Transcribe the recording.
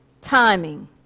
timing